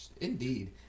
Indeed